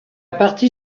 partie